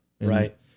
Right